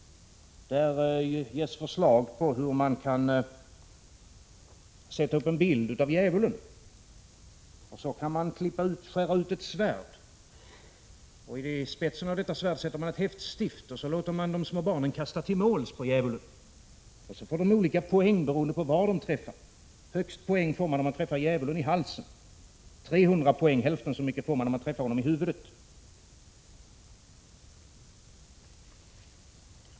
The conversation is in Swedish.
I detta ges förslag till hur man kan sätta upp en bild av djävulen och sedan klippa ur ett svärd ur en bit kartong. I spetsen av detta svärd sätter man ett häftstift, och sedan låter man de små barnen kasta till måls på djävulen. Barnen får olika poäng beroende på var de träffar. Högst poäng får man om man träffar djävulen i halsen. Hälften så mycket, 300 poäng, får man om man träffar honom i huvudet.